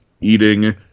eating